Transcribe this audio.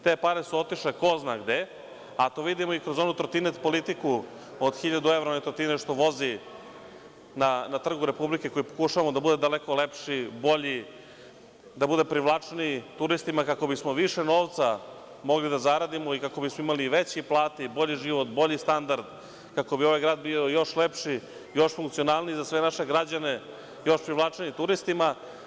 Te pare su otišle ko zna gde, a to vidimo i kroz onu trotinet politiku od 1.000 evra onaj trotinet što vozi na Trgu republike koji pokušavamo da bude daleko lepši, bolji, da bude privlačniji turistima kako bismo više novca mogli da zaradimo i kako bismo imali veće plate i bolji život, bolji standard, kako bi ovaj grad bio još lepši, još funkcionalniji za sve naše građane, još privlačniji turistima.